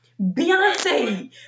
Beyonce